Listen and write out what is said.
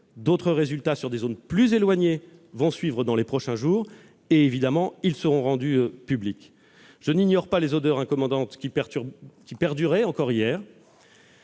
D'autres résultats sur des zones plus éloignées vont suivre dans les prochains jours ; ils seront bien sûr rendus publics. Je n'ignore pas les odeurs incommodantes qui perduraient encore hier.